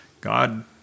God